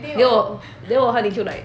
then 我我和你就 like